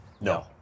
No